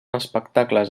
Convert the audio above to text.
espectacles